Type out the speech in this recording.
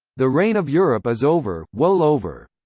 the reign of europe is over, well over.